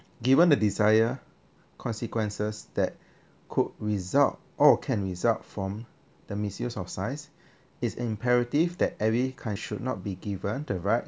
given the desire consequences that could result or can result from the misuse of science it is imperative that every can should not be given the right